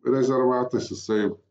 rezervatas jisai